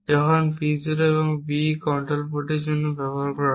যখন B0 এবং BE control পোর্টের জন্য ব্যবহৃত হয়